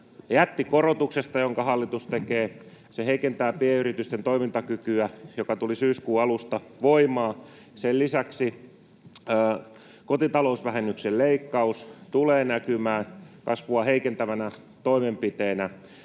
jättikorotuksesta, jonka hallitus tekee. Se heikentää pienyritysten toimintakykyä ja tuli syyskuun alusta voimaan. Sen lisäksi kotitalousvähennyksen leikkaus tulee näkymään kasvua heikentävänä toimenpiteenä.